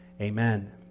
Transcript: Amen